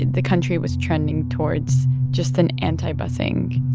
and the country was trending towards just an anti-busing.